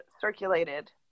circulated